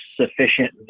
sufficient